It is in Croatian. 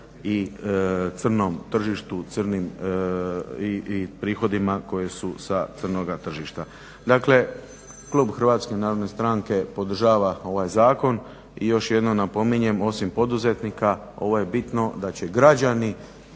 i crnom tržištu, crnim i prihodima koji su sa crnoga tržišta. Dakle, klub HNS-a podržava ovaj zakon i još jednom napominjem osim poduzetnika ovo je bitno da će građani